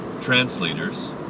translators